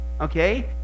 okay